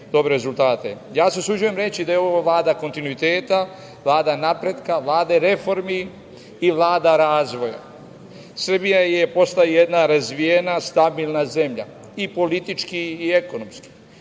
dobre rezultate. Usuđujem se reći da je ovo Vlada kontinuiteta, Vlada napretka, Vlada reformi i Vlada razvoja. Srbija postaje jedna razvijena, stabilna zemlja, i politički i ekonomski.